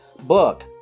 book